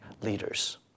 leaders